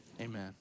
amen